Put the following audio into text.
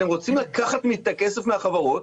אתם רוצים לקחת את הכסף מהחברות,